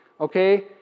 okay